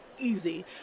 Easy